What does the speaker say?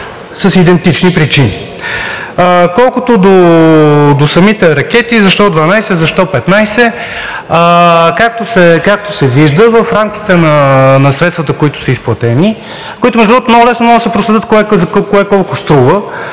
с идентични причини. Колкото до самите ракети – защо 12, защо 15? Както се вижда, в рамките на средствата, които са изплатени, които, между другото, много лесно могат да се проследят кое колко струва,